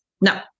no